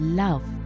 love